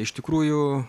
iš tikrųjų